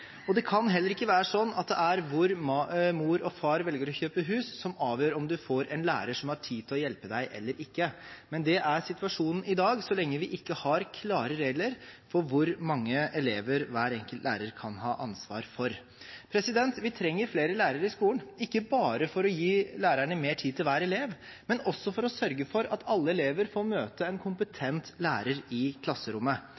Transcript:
skolen. Det kan heller ikke være sånn at det er hvor mor og far velger å kjøpe hus, som avgjør om man får en lærer som har tid til å hjelpe seg eller ikke. Men dette er situasjonen i dag – så lenge vi ikke har klare regler for hvor mange elever hver enkelt lærer kan ha ansvar for. Vi trenger flere lærere i skolen, ikke bare for å gi lærerne mer tid til hver elev, men også for å sørge for at alle elever får møte en